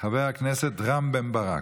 לחבר הכנסת רם בן ברק.